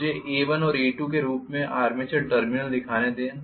मुझे A1और A2 के रूप में आर्मेचर टर्मिनल दिखाने दें